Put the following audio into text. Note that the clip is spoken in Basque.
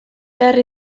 behar